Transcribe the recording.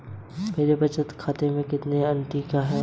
मेरे बचत खाते की किताब की एंट्री कर दो?